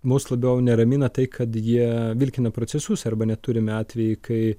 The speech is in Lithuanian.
mus labiau neramina tai kad jie vilkina procesus arba net turime atvejį kai